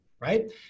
right